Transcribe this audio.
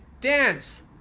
dance